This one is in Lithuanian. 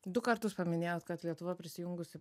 du kartus paminėjot kad lietuva prisijungusi